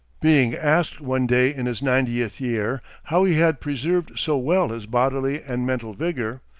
being asked one day in his ninetieth year, how he had preserved so well his bodily and mental vigor,